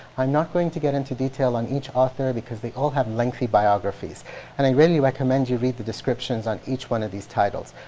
i'm not going to get into detail on each author because they all have lengthy biographies and i really recommend you read the descriptions on each one of these titles.